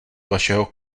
vašeho